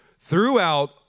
Throughout